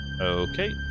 Okay